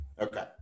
Okay